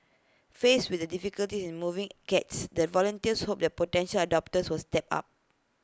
faced with the difficulties in moving cats the volunteers hope that potential adopters will step up